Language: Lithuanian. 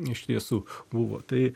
iš tiesų buvo tai